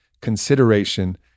consideration